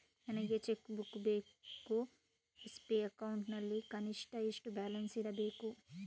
ನನಗೆ cheque book ಬೇಕು SB account ನಲ್ಲಿ ಕನಿಷ್ಠ ಎಷ್ಟು ಬ್ಯಾಲೆನ್ಸ್ ಇರಬೇಕು?